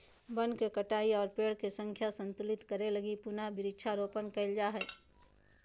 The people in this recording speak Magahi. वन के कटाई और पेड़ के संख्या संतुलित करे लगी पुनः वृक्षारोपण करल जा हय